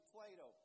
Plato